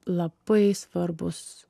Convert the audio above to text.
labai svarbus